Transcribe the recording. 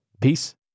Peace